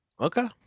okay